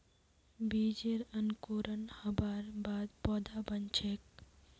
बीजेर अंकुरण हबार बाद पौधा बन छेक